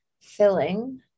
filling